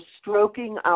stroking